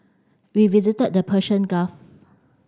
we visited the Persian Gulf